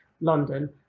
London